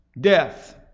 death